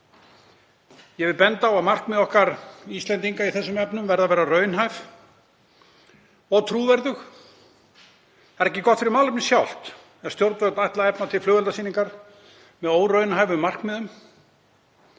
Ég vil benda á að markmið okkar Íslendinga í þessum efnum verða að vera raunhæf og trúverðug. Það er ekki gott fyrir málefnið sjálft ef stjórnvöld ætla að efna til flugeldasýningar með óraunhæfum markmiðum,